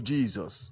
Jesus